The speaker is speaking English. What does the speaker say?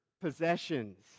possessions